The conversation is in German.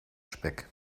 speck